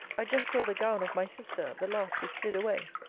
i just saw the gown of my sister, the last who slid away.